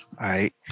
right